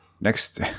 Next